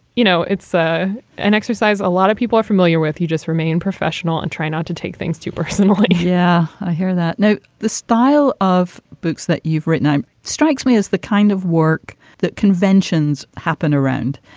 you know, it's ah an exercise a lot of people are familiar with. you just remain professional and try not to take things too personal yeah, i hear that note the style of books that you've written. it strikes me as the kind of work that conventions happen around.